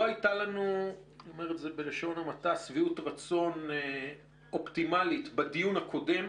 לא היתה לנו שביעות רצון אופטימלית בדיון הקודם,